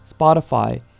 Spotify